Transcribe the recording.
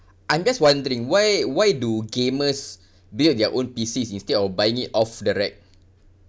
I'm just wondering why why do gamers build their own P_Cs instead of buying it off the rack